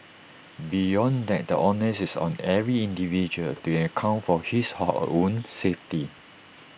beyond that the onus is on every individual to account for his or her own safety